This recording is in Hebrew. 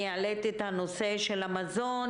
העליתי את נושא המזון